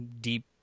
deep